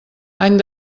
any